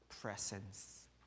presence